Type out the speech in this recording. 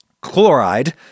Chloride